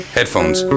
Headphones